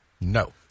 No